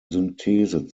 synthese